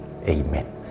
amen